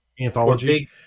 anthology